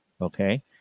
Okay